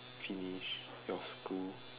finish your school